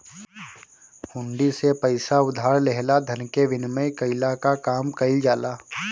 हुंडी से पईसा उधार लेहला धन के विनिमय कईला कअ काम कईल जाला